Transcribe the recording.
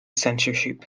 censorship